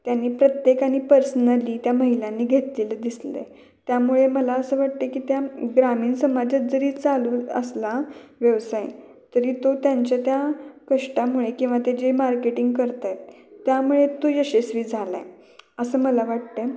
त्यांनी प्रत्येकानी पर्सनली त्या महिलांनी घेतलेलं दिसलं आहे त्यामुळे मला असं वाटतं की त्या ग्रामीण समाजात जरी चालू असला व्यवसाय तरी तो त्यांच्या त्या कष्टामुळे किवा ते जे मार्केटिंग करत आहेत त्यामुळे तो यशस्वी झाला आहे असं मला वाटतं आहे